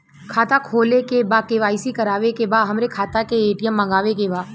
खाता खोले के बा के.वाइ.सी करावे के बा हमरे खाता के ए.टी.एम मगावे के बा?